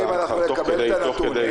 חברים, נקבל את הנתון.